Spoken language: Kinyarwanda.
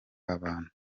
abantu